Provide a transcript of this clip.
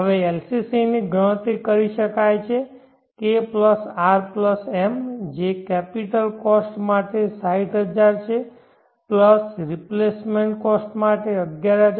હવે LCC ની ગણતરી કરી શકાય છે K R M કે જે કેપિટલ કોસ્ટ માટે 60000 છે પ્લસ રિપ્લેસમેન્ટ કોસ્ટ માટે 11566